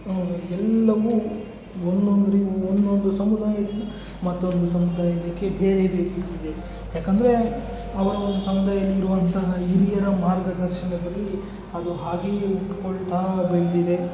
ಎಲ್ಲವು ಒಂದೊಂದು ರಿ ಒಂದೊಂದು ಸಮುದಾಯದಿಂದ ಮತ್ತೊಂದು ಸಮುದಾಯಕ್ಕೆ ಬೇರೆ ರೀತಿ ಇದೆ ಏಕೆಂದ್ರೆ ಅವರ ಒಂದು ಸಮುದಾಯದಲ್ಲಿರುವಂತಹ ಹಿರಿಯರ ಮಾರ್ಗದರ್ಶನದಲ್ಲಿ ಅದು ಹಾಗೆಯೇ ಹುಟ್ಕೊಳ್ತಾ ಬೆಳೆದಿದೆ